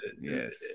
Yes